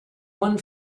one